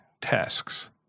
tasks